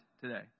today